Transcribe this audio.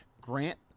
Grant